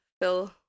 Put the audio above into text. fill